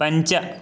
पञ्च